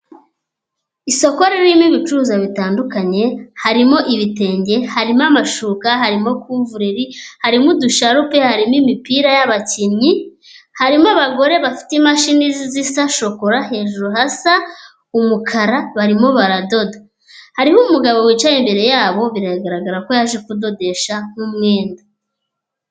Isoko ririmo ibicuruza bitandukanye. Harimo ibitenge, harimo amashuka, harimo kuvureri, harimo udusharupe, harimo imipira y'abakinnyi. Harimo abagore bafite imashini zisa shokora, hejuru hasa umukara; barimo baradoda. Harimo umugabo wicaye imbere yabo, biragaragara ko yaje kudodesha nk'umwenda.